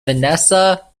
vanessa